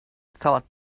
thought